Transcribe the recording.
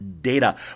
data